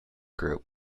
group